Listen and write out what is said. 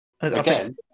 Again